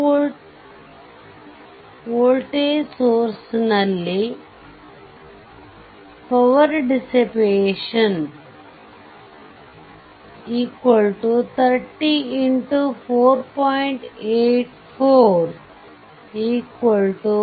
30v voltage source ನಲ್ಲಿ power dissipated 30 x 4